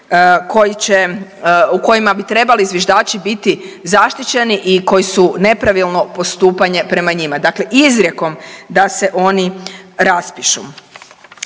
u kojima bi trebali zviždači biti zaštićeni i koji su nepravilno postupanje prema njima. Dakle, izrijekom da se oni raspišu.